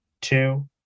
two